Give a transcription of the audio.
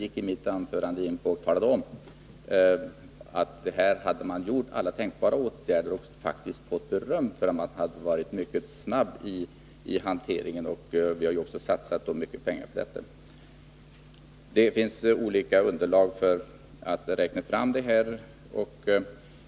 I mitt anförande talade jag om att man hade vidtagit alla tänkbara åtgärder och faktiskt hade fått beröm för en mycket snabb hantering. Stora pengar har också satsats. Det finns skilda underlag för att räkna fram ersättningsbeloppets storlek.